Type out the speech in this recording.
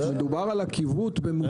כל דבר כזה זה עלויות, זה עוד נטל.